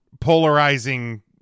polarizing